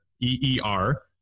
E-E-R